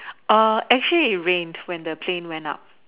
err actually it rained when the plane went up